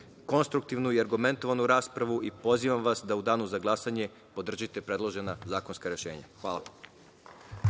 konstruktivnu i argumentovanu raspravu i pozivam vas da u danu za glasanje podržite predložena zakonska rešenja. Hvala.